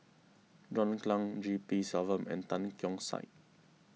John Clang G P Selvam and Tan Keong Saik